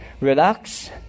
Relax